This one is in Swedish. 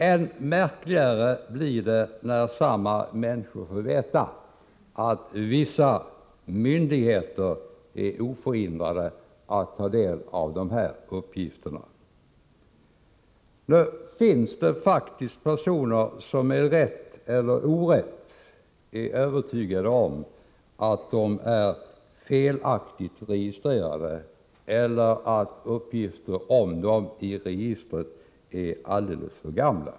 Än märkligare blir det när samma människor får veta att vissa myndigheter är oförhindrade att ta del av dessa uppgifter. Det finns faktiskt personer som, med rätt eller orätt, är övertygade om att de är felaktigt registrerade eller att uppgifter om dem i registret är alldeles för gamla.